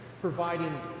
providing